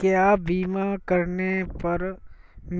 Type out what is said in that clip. क्या बीमा करने पर